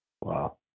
Wow